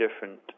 different